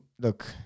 look